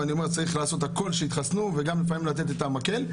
ואני אומר צריך לעשות הכל שהתחסנו וגם לפעמים לתת את "המקל",